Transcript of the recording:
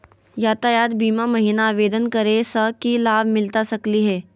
यातायात बीमा महिना आवेदन करै स की लाभ मिलता सकली हे?